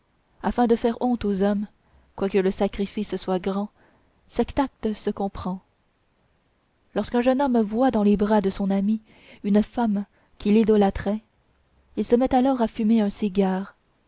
afin de faire honte aux hommes quoique le sacrifice soit grand cet acte se comprend lorsqu'un jeune homme voit dans les bras de son ami une femme qu'il idolâtrait il se met alors à fumer un cigare